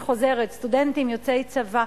אני חוזרת: סטודנטים, יוצאי צבא.